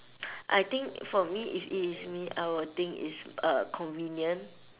I think for me if it is me I would think it's uh convenient